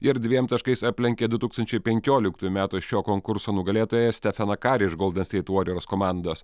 ir dviem taškais aplenkė du tūkstančiai penkioliktųjų metų šio konkurso nugalėtoją stefaną karį iš golden steit voriors komados